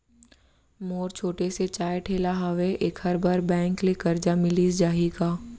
मोर छोटे से चाय ठेला हावे एखर बर बैंक ले करजा मिलिस जाही का?